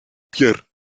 pierre